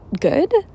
good